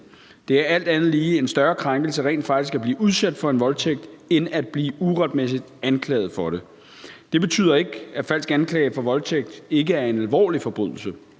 Det er alt andet lige en større krænkelse rent faktisk at blive udsat for en voldtægt end at blive uretmæssigt anklaget for det. Det betyder ikke, at falsk anklage for voldtægt ikke er en alvorlig forbrydelse,